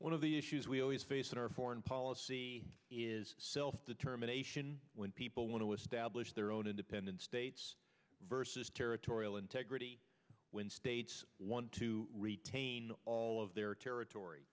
one of the issues we always face in our foreign policy is self determination when people want to establish their own independent states versus territorial integrity when states won to retain all of their territory